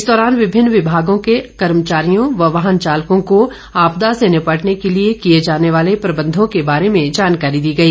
इस दौरान विभिन्न विभागों के कर्मचारियों और वाहन चालकों को आपदा से निपटने के लिए किए जाने वाले प्रबंधों के बारे में जानकारी दी गई